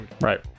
right